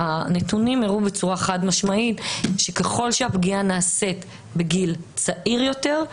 הנתונים הראו בצורה חד משמעית שככל שהפגיעה נעשית בגיל צעיר יותר,